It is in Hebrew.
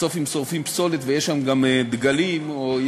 בסוף אם שורפים פסולת ויש שם גם דגלים ישנים,